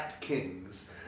Kings